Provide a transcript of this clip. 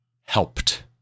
helped